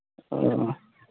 ᱚᱻ